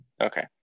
Okay